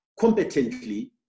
competently